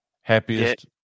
Happiest